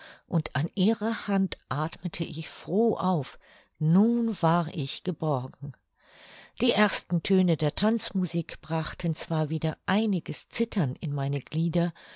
und an ihrer hand athmete ich froh auf nun war ich geborgen die ersten töne der tanzmusik brachten zwar wieder einiges zittern in meine glieder